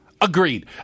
agreed